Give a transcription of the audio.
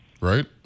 right